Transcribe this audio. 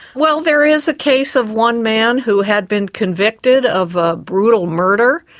well, there is a case of one man who had been convicted of a brutal murder.